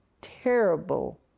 terrible